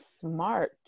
smart